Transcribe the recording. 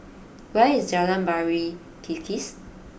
where is Jalan Pari Kikis